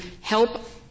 help